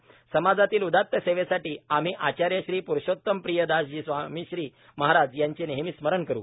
समाजातील उदात सेवेसाठी आम्ही आचार्य श्री प्रुषोतमप्रियदासजी स्वामीश्री महाराज यांचे नेहमी स्मरण करू